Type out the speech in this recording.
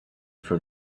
for